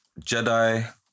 Jedi